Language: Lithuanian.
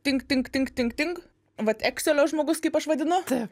ting ting ting ting ting vat ekselio žmogus kaip aš vadinu